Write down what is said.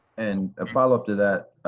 and ah followup to that,